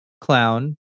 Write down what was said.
clown